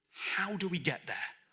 how do we get there?